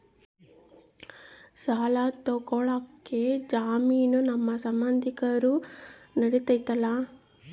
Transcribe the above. ಸಾಲ ತೊಗೋಳಕ್ಕೆ ಜಾಮೇನು ನಮ್ಮ ಸಂಬಂಧಿಕರು ನಡಿತೈತಿ?